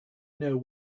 know